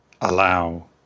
allow